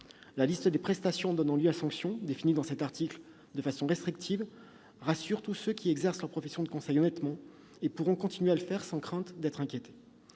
La liste des prestations donnant lieu à sanction, définies dans cet article de façon restrictive, rassure tous ceux qui exercent leur profession de conseil honnêtement : ils pourront continuer à le faire sans crainte d'être inquiétés.